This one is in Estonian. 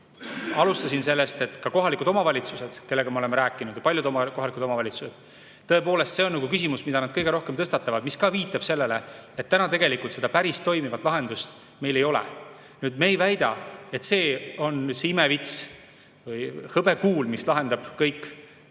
alustasin sellest, et ka kohalikes omavalitsustes, kellega me oleme rääkinud, paljudes kohalikes omavalitsustes, tõepoolest, on see see küsimus, mida kõige rohkem tõstatatakse. See ka viitab sellele, et tegelikult päris toimivat lahendust meil ei ole. Me ei väida, et see on imevits või hõbekuul, mis lahendab kõik